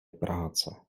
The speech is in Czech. práce